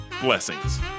blessings